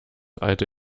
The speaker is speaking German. alte